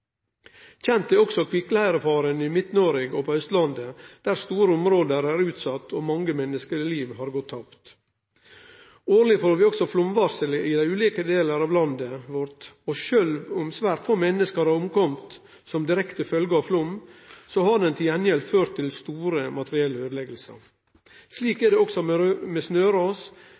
kjent, men menneskeliv vil bli sparte gjennom eit etablert varslingssystem, som sørgjer for alle kan bli evakuerte når det er behov for det. Kjend er også kvikkleirefaren i Midt-Noreg og på Austlandet, der store område er utsette, og der mange menneskeliv har gått tapt. Årleg får vi også flaumvarsel i ulike delar av landet vårt, og sjølv om svært få menneske har omkome som ei direkte følgje av flaum, har flaumen til gjengjeld ført